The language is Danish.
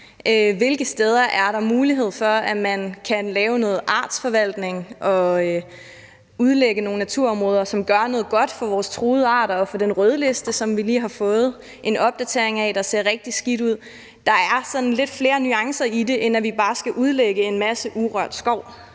Hvilke steder er der mulighed for, at man kan lave noget artsforvaltning og udlægge nogle naturområder, som gør noget godt for vores truede arter og for den rødliste, som vi lige har fået en opdatering af, der ser rigtig skidt ud? Der er sådan lidt flere nuancer i det, end at vi bare skal udlægge en masse arealer